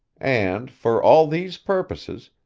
and, for all these purposes,